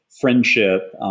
friendship